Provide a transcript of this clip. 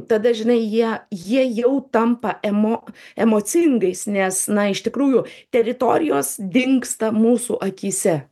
tada žinai jie jie jau tampa emo emocingais nes na iš tikrųjų teritorijos dingsta mūsų akyse